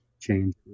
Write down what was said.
change